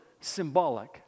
symbolic